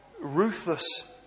ruthless